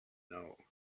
know